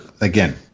again